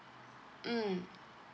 mm